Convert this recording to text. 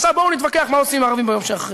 ועכשיו בואו נתווכח מה עושים עם הערבים ביום שאחרי.